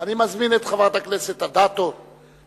אנחנו בכנסת פותחים על השנייה את הישיבות.